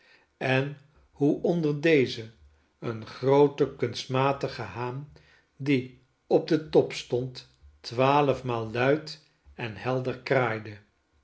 en hoe onder deze een groote kunstmatige haan die op den top stond twaalfmaal luid en helder kraaide